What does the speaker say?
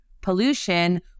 pollution